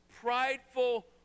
prideful